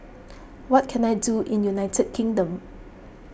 what can I do in United Kingdom